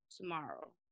tomorrow